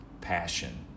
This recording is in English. passion